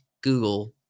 Google